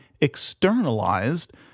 externalized